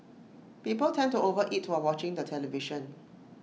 people tend to over eat while watching the television